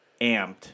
amped